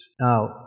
Now